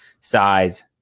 Size